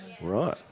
Right